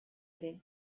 ere